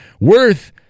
worth